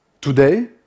Today